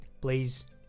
Please